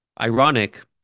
Ironic